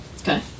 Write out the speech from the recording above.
Okay